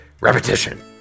Repetition